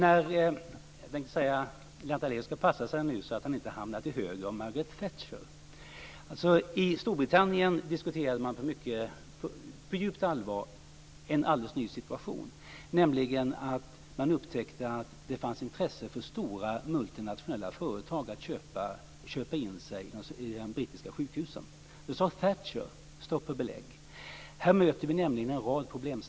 Fru talman! Lennart Daléus ska passa sig så att han inte hamnar till höger om Margaret Thatcher! I Storbritannien diskuterade man på djupt allvar en ny situation, nämligen att det fanns intresse från stora multinationella företag att köpa in sig i de brittiska sjukhusen. Då sade Thatcher: "Stopp och belägg!" Här möter vi en rad problem.